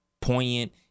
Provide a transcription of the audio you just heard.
poignant